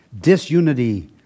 disunity